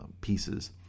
pieces